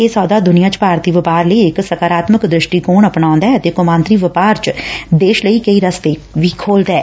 ਇਹ ਸੌਦਾ ਦੁਨੀਆਂ 'ਚ ਭਾਰਤੀ ਵਪਾਰ ਲਈ ਇਕ ਸਕਾਰਾਤਮਕ ਦ੍ਰਿਸ਼ਟੀਕੋਣ ਬਣਾਉ'ਦੈ ਅਤੇ ਕੌਮਾਂਤਰੀ ਵਪਾਰ 'ਚ ਦੇਸ਼ ਲਈ ਕਈ ਰਸਤੇ ਖੋਲਦੈ